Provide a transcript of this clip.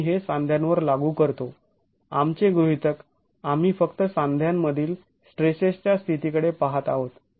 आम्ही हे सांध्यावर लागू करतो आमचे गृहीतक आम्ही फक्त सांध्यामधील स्ट्रेसेसच्या स्थितीकडे पहात आहोत